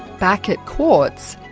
back at quartz,